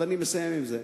ואני מסיים עם זה: